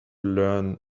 learn